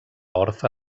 orfe